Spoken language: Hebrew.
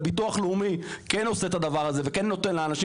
וביטוח לאומי כן עושה את הדבר הזה וכן נותן לאנשים.